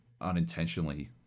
unintentionally